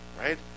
Right